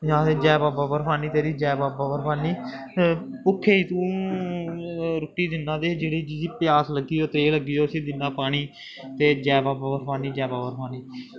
जियां आखदे जै बाबा बर्फानी तेरी जै बाबा बर्फानी भुक्खे गी तूं रुट्टी दिन्ना ते जेह्ड़ी जिसी प्यास लग्गी दी होऐ त्रेह् लग्गी दी होऐ उसी दिन्ना पानी ते जै बाबा बर्फानी जै बाबा बर्फानी